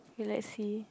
let's see